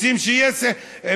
רוצים שתהיה